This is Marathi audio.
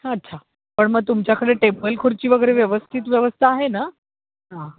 अच्छा पण मग तुमच्याकडे टेबल खुर्ची वगैरे व्यवस्थित व्यवस्था आहे ना हां